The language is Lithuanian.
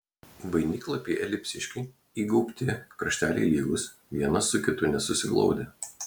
vainiklapiai elipsiški įgaubti krašteliai lygūs vienas su kitu nesusiglaudę